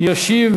ישיב